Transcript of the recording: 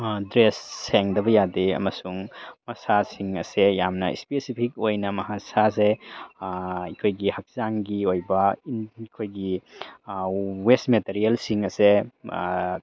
dress ꯁꯦꯡꯗꯕ ꯌꯥꯗꯦ ꯑꯃꯁꯨꯡ ꯃꯁꯥꯁꯤꯡ ꯑꯁꯦ ꯌꯥꯝꯅ ꯏꯁꯄꯦꯁꯤꯐꯤꯛ ꯑꯣꯏꯅ ꯃꯁꯥꯁꯦ ꯑꯩꯈꯣꯏꯒꯤ ꯍꯛꯆꯥꯡꯒꯤ ꯑꯣꯏꯕ ꯑꯩꯈꯣꯏꯒꯤ ꯋꯦꯁ ꯃꯦꯇꯔꯤꯌꯦꯜꯁꯤꯡ ꯑꯁꯦ